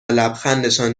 لبخندشان